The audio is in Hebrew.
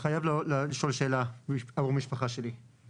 אני חייב לשאול שאלה בשביל קרוב משפחה שלי.